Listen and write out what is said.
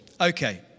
Okay